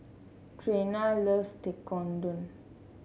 Trena loves Tekkadon